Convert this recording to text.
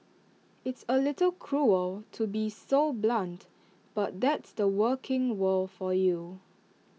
it's A little cruel to be so blunt but that's the working world for you